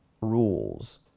rules